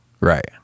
right